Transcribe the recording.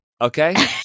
Okay